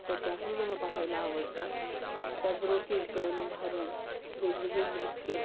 तर त्याही मला पाहायला आवडतात त्याचबरोबर कीर्तन भारूड वेगवेगळे नृत्य